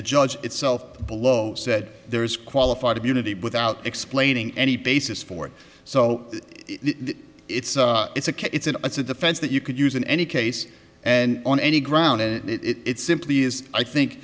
the judge itself below said there is qualified immunity without explaining any basis for it so it's a it's a case it's an it's a defense that you could use in any case and on any ground and it simply is i think